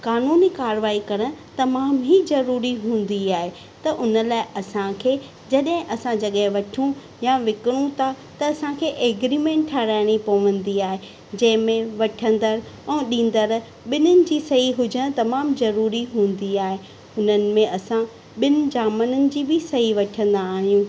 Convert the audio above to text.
कानूनी कार्यवाही करणु तमामु ई ज़रूरी हूंदी आहे त उन लाइ असांखे जॾहिं असां जॻहि वठूं या विकणूं था त असांखे एग्रीमेंट ठाराइणी पवंदी आहे जंहिंमें वठंदड़ु ऐं ॾींदड़ु ॿिनिन इनजी सही हुजणु तमामु ज़रूरी हूंदी आहे हुननि में असां ॿिन जामननि जी बि सही वठंदा आहियूं